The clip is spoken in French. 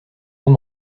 sans